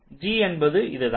g என்பது இதுதான்